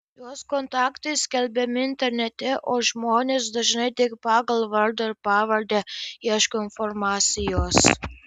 jos kontaktai skelbiami internete o žmonės dažnai tik pagal vardą ir pavardę ieško informacijos